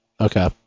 Okay